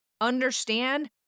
understand